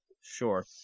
Sure